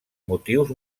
motius